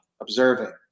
observing